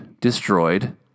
destroyed